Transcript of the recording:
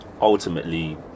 Ultimately